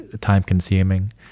time-consuming